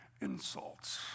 insults